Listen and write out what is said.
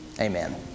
amen